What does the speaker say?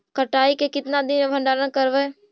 कटाई के कितना दिन मे भंडारन करबय?